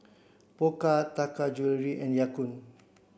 Pokka Taka Jewelry and Ya Kun